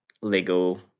LEGO